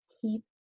keep